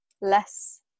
less